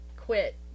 quit